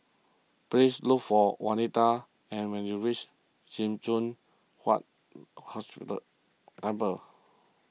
please look for Wanita and when you reach Sim Choon Huat Hospital Temple